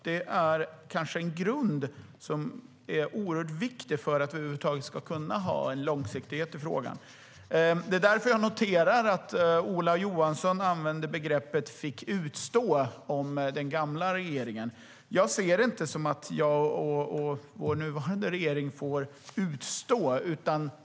Det är en viktig grund för att vi över huvud taget ska kunna ha långsiktighet i frågan. Det är därför jag noterar att Ola Johansson använder begreppet "fick utstå" om den gamla regeringen. Jag ser det inte som att jag och vår nuvarande regering får utstå något.